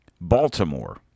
Baltimore